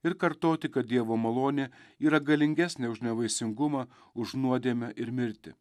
ir kartoti kad dievo malonė yra galingesnė už nevaisingumą už nuodėmę ir mirtį